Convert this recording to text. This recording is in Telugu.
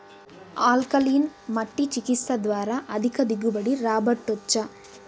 ఆల్కలీన్ మట్టి చికిత్స ద్వారా అధిక దిగుబడి రాబట్టొచ్చా